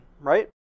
right